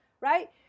right